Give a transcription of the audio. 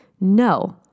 No